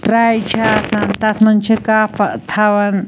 try چھِ آسان تَتھ منٛز چھِ کَپ ٲں تھاون